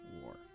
War